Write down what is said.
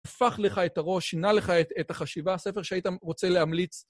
הפך לך את הראש, שינה לך את החשיבה, ספר שהיית רוצה להמליץ.